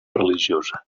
religiosa